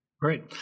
Great